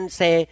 say